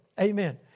Amen